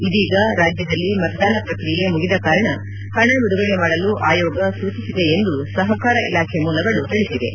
ಇದೀಗ ರಾಜ್ಯದಲ್ಲಿ ಮತದಾನ ಪ್ರಕ್ರಿಯೆ ಮುಗಿದ ಕಾರಣ ಹಣ ಬಿಡುಗಡೆ ಮಾಡಲು ಆಯೋಗ ಸೂಚಿಸಿದೆ ಎಂದು ಸಹಕಾರ ಇಲಾಖೆ ಮೂಲಗಳು ತಿಳಿಸಿವೆ